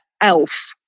elf